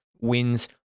Wins